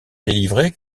délivrée